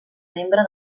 membre